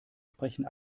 sprechen